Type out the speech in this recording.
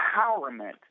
empowerment